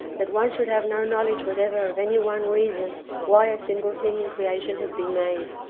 that one should have no knowledge whatever of any one reason why a single thing in creation has been made,